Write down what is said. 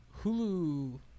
Hulu